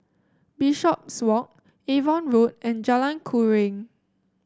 Bishopswalk Avon Road and Jalan Keruing